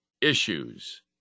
issues